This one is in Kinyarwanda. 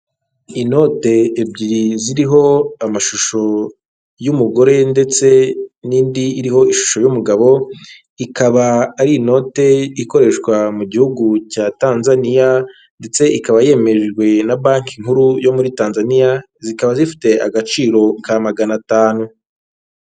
Inote ebyiri ziriho amashusho y'umugore ndetse n'indi iriho ishusho y'umugabo, Ikaba ari inote ikoreshwa mu gihugu cya Tanzaniya, ndetse ikaba yemejwe na Banki nkuru yo muri Tanzaniya, zikaba zifite agaciro ka magana atanu.